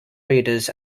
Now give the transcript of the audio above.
readers